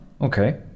Okay